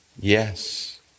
yes